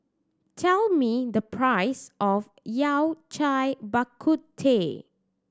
tell me the price of Yao Cai Bak Kut Teh